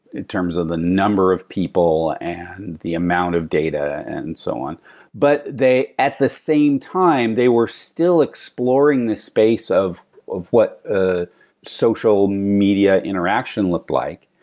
in terms of the number of people and the amount of data and so on but at the same time, they were still exploring the space of of what ah social media interaction looked like.